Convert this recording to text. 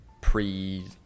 pre